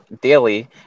daily